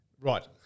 right